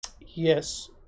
Yes